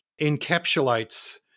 encapsulates